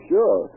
Sure